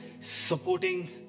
Supporting